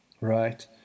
right